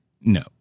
No